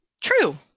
true